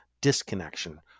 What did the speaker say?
disconnection